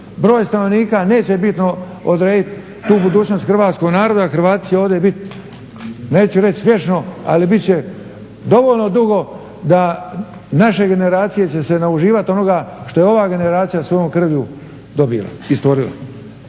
Broj stanovnika neće bitno odrediti tu budućnost Hrvatskog naroda, Hrvati će ovdje biti, neću reći vječno, ali bit će dovoljno dugo da, naše generacije će se nauživati onoga što je ova generacija svojom krvlju dobila i stvorila.